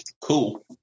Cool